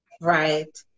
Right